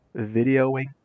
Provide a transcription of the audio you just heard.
videoing